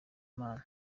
imana